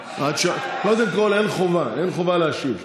עד 14:00. קודם כול, תדעו שאין חובה להשיב.